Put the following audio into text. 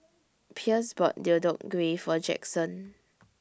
Pierce bought Deodeok Gui For Jackson